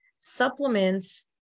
supplements